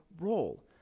role